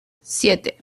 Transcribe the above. siete